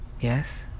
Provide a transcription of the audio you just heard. Yes